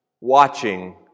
watching